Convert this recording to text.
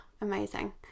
amazing